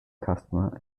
customers